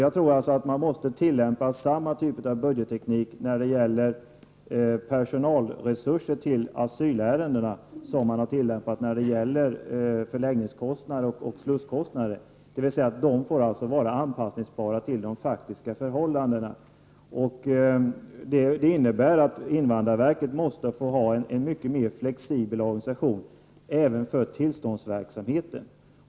Jag tror därför att samma typ av budgetteknik måste tillämpas i fråga om personalresurserna i asylärenden som den teknik som använts när det gäller förläggningskostnader och slusskostnader — dvs. man måste anpassa resurserna till de faktiska förhållandena. Det innebär att invandrarverket måste ha en mycket mera flexibel organisation även för tillståndsverksamheten.